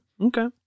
okay